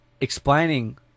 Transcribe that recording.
explaining